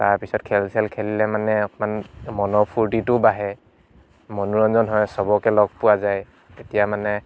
তাৰ পিছত খেল চেল খেলিলে মানে অকণমান মনৰ ফূৰ্তিটো বাঢ়ে মনোৰঞ্জন হয় চবকে লগ পোৱা যায় তেতিয়া মানে